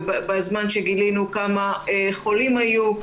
ובזמן שגילינו כמה חולים היו.